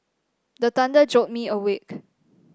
the thunder jolt me awake